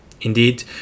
Indeed